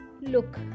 Look